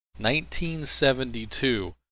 1972